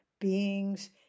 beings